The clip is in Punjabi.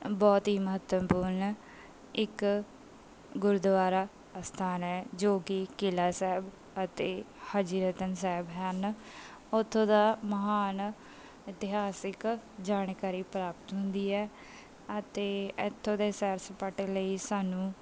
ਬਹੁਤ ਹੀ ਮਹੱਤਵਪੂਰਨ ਇੱਕ ਗੁਰਦੁਆਰਾ ਅਸਥਾਨ ਹੈ ਜੋ ਕਿ ਕਿਲ੍ਹਾ ਸਾਹਿਬ ਅਤੇ ਹਜੀ ਰਤਨ ਸਾਹਿਬ ਹਨ ਉੱਥੋਂ ਦਾ ਮਹਾਨ ਇਤਿਹਾਸਿਕ ਜਾਣਕਾਰੀ ਪ੍ਰਾਪਤ ਹੁੰਦੀ ਹੈ ਅਤੇ ਇੱਥੋਂ ਦੇ ਸੈਰ ਸਪਾਟੇ ਲਈ ਸਾਨੂੰ